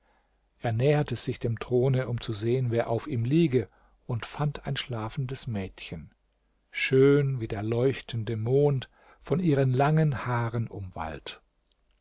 er näherte sich dem throne um zu sehen wer auf ihm liege und fand ein schlafendes mädchen schön wie der leuchtende mond von ihren langen haaren